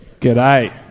G'day